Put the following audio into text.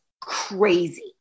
crazy